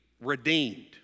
redeemed